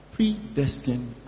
Predestined